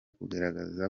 kugaragaza